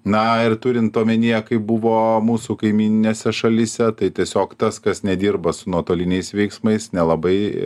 na ir turint omenyje kaip buvo mūsų kaimyninėse šalyse tai tiesiog tas kas nedirba su nuotoliniais veiksmais nelabai